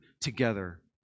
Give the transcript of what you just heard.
together